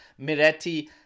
Miretti